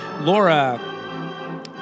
Laura